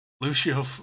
Lucio